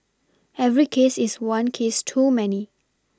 every case is one case too many